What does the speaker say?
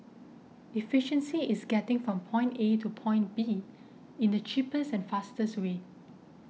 efficiency is getting from point A to point B in the cheapest and fastest way